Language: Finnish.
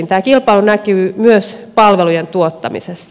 tämä kilpailu näkyy myös palvelujen tuottamisessa